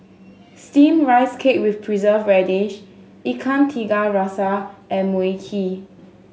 Steamed Rice Cake with Preserved Radish Ikan Tiga Rasa and Mui Kee